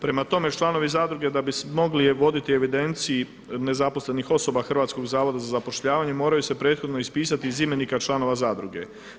Prema tome, članovi zadruge da bi je mogli voditi u evidenciji nezaposlenih osoba Hrvatskog zavoda za zapošljavanje moraju se prethodno ispisati iz imenika članova zadruge.